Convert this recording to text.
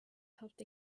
helped